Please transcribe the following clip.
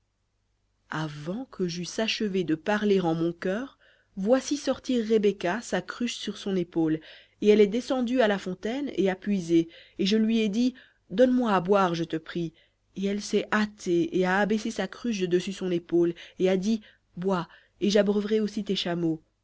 avant que j'eusse achevé de parler en mon cœur voici sortir rebecca sa cruche sur son épaule et elle est descendue à la fontaine et a puisé et je lui ai dit donne-moi à boire je te prie et elle s'est hâtée et a abaissé sa cruche de dessus son épaule et a dit bois et j'abreuverai aussi tes chameaux